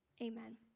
Amen